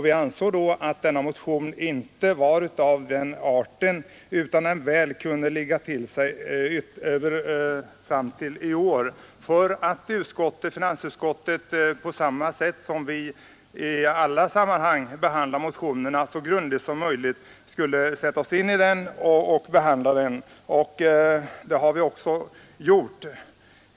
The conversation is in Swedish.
Vi ansåg då att denna motion inte var av den arten att den inte kunde ligga till sig till i år för att finansutskottet så grundligt som möjligt skulle kunna sätta sig in i och behandla motionen — liksom vi gör med alla motioner.